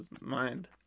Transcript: mind